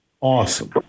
Awesome